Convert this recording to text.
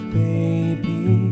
baby